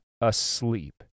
asleep